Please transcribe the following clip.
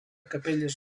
capelles